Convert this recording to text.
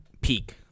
peak